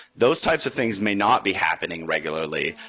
those types of things may not be happening regularly.